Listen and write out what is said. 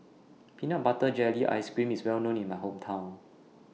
Peanut Butter Jelly Ice Cream IS Well known in My Hometown